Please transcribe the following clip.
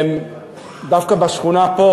דווקא בשכונה פה,